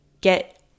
get